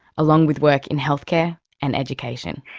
along with work in healthcare and education.